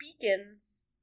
beacons